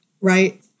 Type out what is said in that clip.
Right